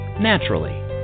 naturally